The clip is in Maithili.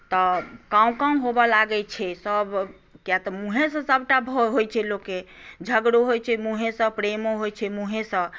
तऽ कौँ कौँ होवय लागैत छै सभ कियाक तऽ मुँहेसँ सभटा होइत छै लोकके झगड़ो होइत छै मुँहेसँ प्रेमो होइत छै मुँहेसँ